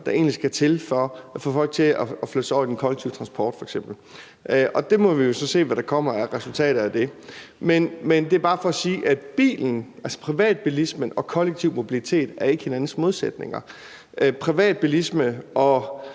der egentlig skal til, for at få folk til f.eks. at flytte sig over i den kollektive transport, og vi må jo se, hvad for nogle resultater der kommer ud af det. Det er bare for at sige, at privatbilismen og kollektiv mobilitet ikke er hinandens modsætninger. Privatbilisme og